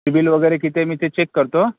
CIBIL वगैरे किती आहे मी ते चेक करतो